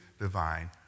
divine